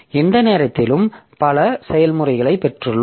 எந்த நேரத்திலும் பல செயல்முறைகளை பெற்றுள்ளோம்